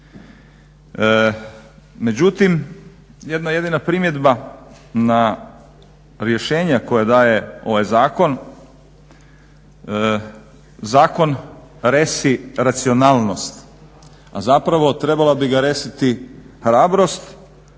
Međutim, jedna jedina primjedba na rješenja koja daje ovaj zakon, zakon resi racionalnost, a zapravo trebala bi ga resiti hrabrosti